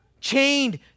chained